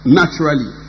naturally